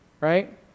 Right